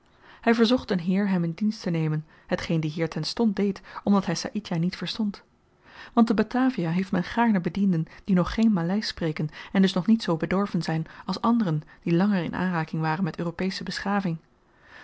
hy verzocht een heer hem in dienst te nemen hetgeen die heer terstond deed omdat hy saïdjah niet verstond want te batavia heeft men gaarne bedienden die nog geen maleisch spreken en dus nog niet zoo bedorven zyn als anderen die langer in aanraking waren met europesche beschaving